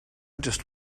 just